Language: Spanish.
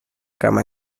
cama